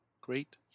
Great